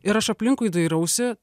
ir aš aplinkui dairausi